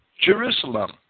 Jerusalem